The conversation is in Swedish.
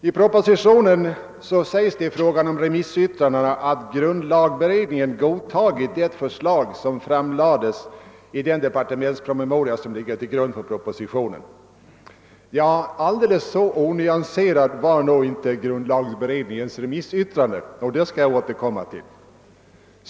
I propositionen sägs i fråga om remissyttrandena, att grundlagberedningen har godtagit det förslag som framlades i den departementspromemoria som ligger till grund för propositionen. Nå, alldeles så onyanserat var inte grundlagberedningens <remissytirande — den saken skall jag återkomma till.